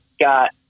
got